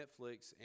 Netflix